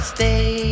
Stay